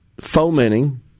fomenting